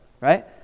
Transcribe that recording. right